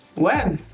when?